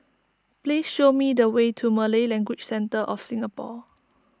please show me the way to Malay Language Centre of Singapore